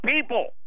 people